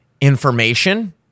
information